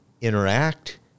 interact